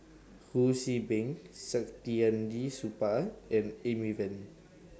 Ho See Beng Saktiandi Supaat and Amy Van